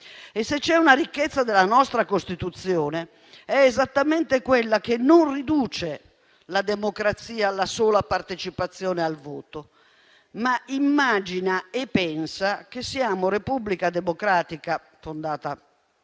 Se c'è una ricchezza della nostra Costituzione, è esattamente il fatto che non riduce la democrazia alla sola partecipazione al voto, ma immagina e pensa che siamo una Repubblica democratica, fondata